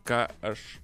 ką aš